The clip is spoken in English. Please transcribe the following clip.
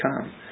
come